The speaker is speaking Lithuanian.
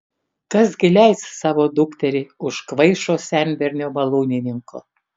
kas gi leis savo dukterį už kvaišo senbernio malūnininko